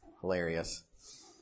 Hilarious